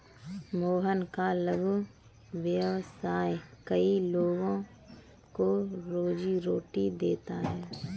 मोहन का लघु व्यवसाय कई लोगों को रोजीरोटी देता है